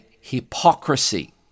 hypocrisy